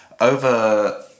Over